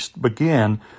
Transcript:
begin